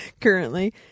currently